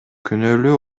күнөөлүү